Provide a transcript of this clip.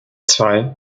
zwei